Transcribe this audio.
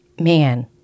man